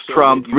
Trump